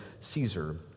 Caesar